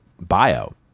bio